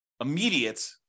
immediate